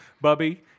Bubby